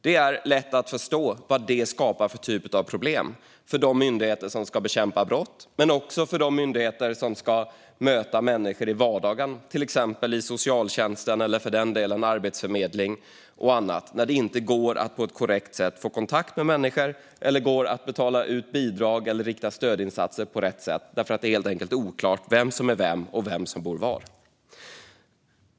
Det är lätt att förstå vad detta skapar för typ av problem för de myndigheter som ska bekämpa brott och för de myndigheter som ska möta människor i vardagen, till exempel socialtjänsten eller Arbetsförmedlingen. Det går inte att på ett korrekt sätt få kontakt med människor, betala ut bidrag eller rikta stödinsatser när det är oklart vem som är vem och vem som bor var.